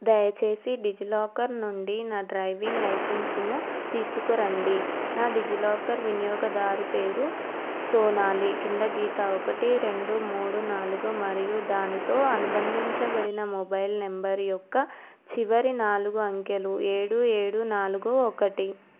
దయచేసి DigiLocker నుండి నా డ్రైవింగ్ లైసెన్స్ను తీసుకురండి నా డిజీలాకర్ వినియోగదారు పేరు సోనాలి కింద గీత ఒకటి రెండు మూడు నాలుగు మరియు దానితో అనుబంధించబడిన మొబైల్ నంబర్ యొక్క చివరి నాలుగు అంకెలు ఏడు ఏడు నాలుగు ఒకటి